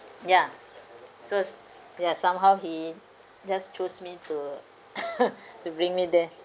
ya so yeah somehow he just chose me to to bring me there